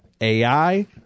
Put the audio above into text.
AI